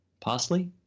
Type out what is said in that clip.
parsley